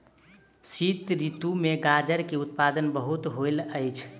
शीत ऋतू में गाजर के उत्पादन बहुत होइत अछि